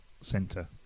Centre